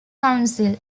council